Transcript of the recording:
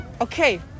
Okay